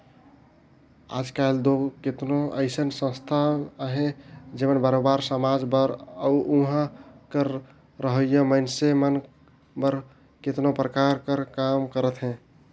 आएज काएल दो केतनो अइसन संस्था अहें जेमन बरोबेर समाज बर अउ उहां कर रहोइया मइनसे मन बर केतनो परकार कर काम करत अहें